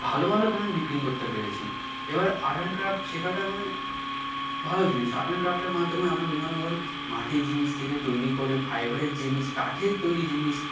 ভালো ভালো দামে বিক্রি করতে পেরেছি এবার আর্ট অ্যাণ্ড ক্র্যাফ্ট শেখাটা মানে ভালো জিনিস আর্ট অ্যাণ্ড ক্র্যাফ্টের মাধ্যমে আমরা বিভিন্ন ধরনের ধরুন মাটির জিনিস থেকে তৈরি করে ফাইবারের জিনিস কাঠের তৈরি জিনিস